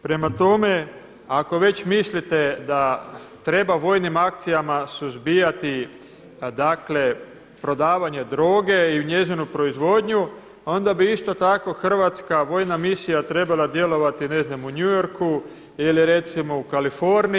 Prema tome, ako već mislite da treba vojnim akcijama suzbijati dakle prodavanje droge i u njezinu proizvodnju, onda bi isto tako hrvatska vojna misija trebala djelovati ne znam u New Yorku ili recimo u Kaliforniji.